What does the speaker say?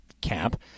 camp